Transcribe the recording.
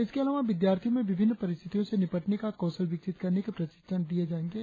इसके अलावा विद्यार्थियों में विभिन्न परिस्थितियों से निपटने का कौशल विकसित करने के प्रशिक्षण दिये जायेंगे